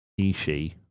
Ishii